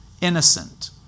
innocent